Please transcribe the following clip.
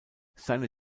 seine